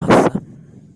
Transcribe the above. هستم